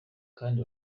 kandi